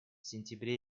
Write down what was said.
сентябре